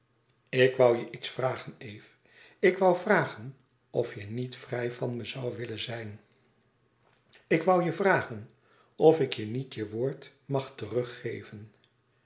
ik woû je iets vragen eve ik woû vragen of je niet vrij van me zoû willen zijn ik woû je vragen of ik je niet je woord mag teruggeven